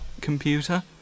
computer